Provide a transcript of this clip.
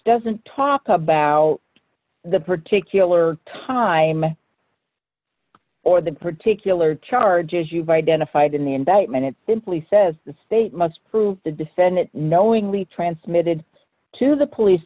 doesn't talk about the particular time or the particular charges you've identified in the indictment it simply says the state must prove the defendant knowingly transmitted to the police